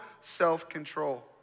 self-control